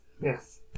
yes